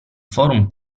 forum